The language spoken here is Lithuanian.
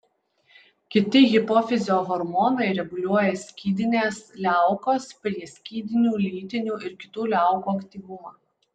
kiti hipofizio hormonai reguliuoja skydinės liaukos prieskydinių lytinių ir kitų liaukų aktyvumą